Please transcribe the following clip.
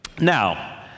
now